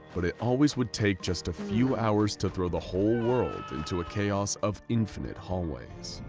but it always would take just a few hours to throw the whole world into a chaos of infinite hallways.